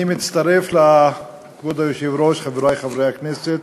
אני מצטרף לכבוד היושב-ראש, חברי חברי הכנסת,